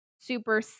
Super